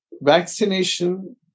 vaccination